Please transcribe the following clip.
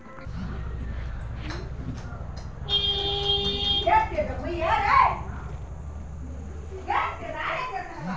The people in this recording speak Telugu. గతంలో పెద్దల నుంచి వాడేది ఇలా తలమే ఈ దినాల్లో కొత్త వచ్చినాయి కానీ